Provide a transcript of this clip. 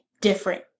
different